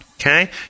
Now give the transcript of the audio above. Okay